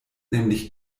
nämlich